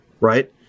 right